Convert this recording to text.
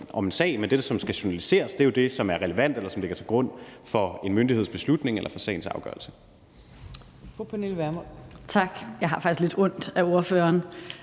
om en sag, men det, der skal journaliseres, er jo det, som er relevant eller som ligger til grund for en myndigheds beslutning eller for sagens afgørelse.